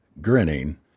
grinning